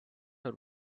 are